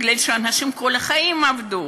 כי אנשים כל החיים עבדו.